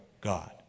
God